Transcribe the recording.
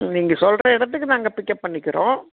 நீங்கள் சொல்கிற இடத்துக்கு நாங்கள் பிக்கப் பண்ணிக்கிறோம்